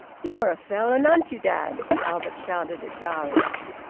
you're a felon, aren't you, dad? albert shouted at darius.